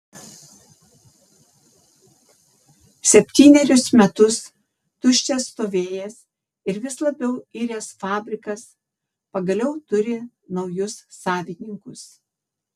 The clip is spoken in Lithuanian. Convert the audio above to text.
septynerius metus tuščias stovėjęs ir vis labiau iręs fabrikas pagaliau turi naujus savininkus